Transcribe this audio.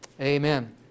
Amen